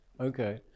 Okay